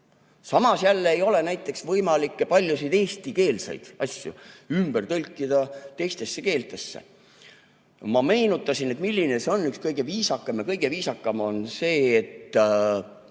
Samas jälle ei ole näiteks võimalik paljusid eestikeelseid asju ümber tõlkida teistesse keeltesse. Ma meenutasin, et milline on neist kõige viisakam, ja kõige viisakam on see, et